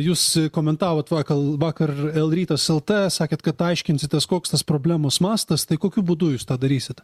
jūs komentavot vakar vakarel rytas el t sakėt kad aiškinsitės koks tas problemos mastas tai kokiu būdu jūs tą darysit